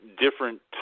different